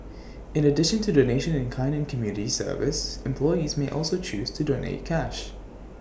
in addition to donation in kind and community service employees may also choose to donate cash